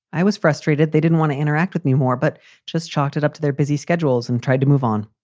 i was frustrated. they didn't want to interact with me more, but just chalked it up to their busy schedules and tried to move on.